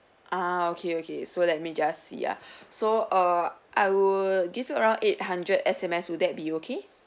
ah okay okay so let me just see ah so err I will give you around eight hundred S_M_S will that be okay